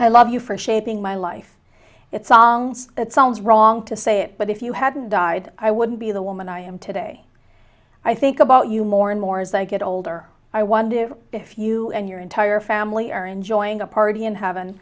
i love you for shaping my life it songs it sounds wrong to say it but if you hadn't died i wouldn't be the woman i am today i think about you more and more as i get older i wonder if you and your entire family are enjoying a party and haven